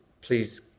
Please